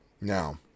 Now